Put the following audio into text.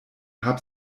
hab